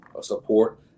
support